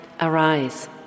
arise